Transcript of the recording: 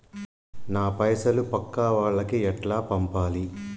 నా పైసలు పక్కా వాళ్లకి ఎట్లా పంపాలి?